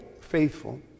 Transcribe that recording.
Faithful